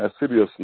assiduously